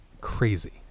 crazy